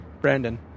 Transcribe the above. Brandon